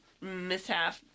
mishap